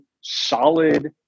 solid